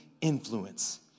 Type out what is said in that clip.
influence